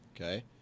Okay